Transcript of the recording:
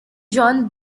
john